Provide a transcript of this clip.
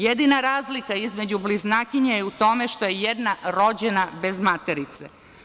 Jedina razlika između bliznakinja je u tome što je jedna rođena bez materice.